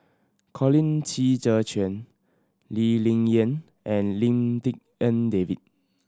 Colin Qi Zhe Quan Lee Ling Yen and Lim Tik En David